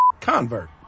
convert